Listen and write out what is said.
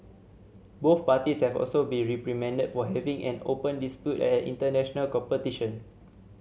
both parties have also been reprimanded for having an open dispute at an international competition